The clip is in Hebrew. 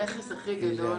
הנכס הכי גדול